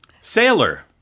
Sailor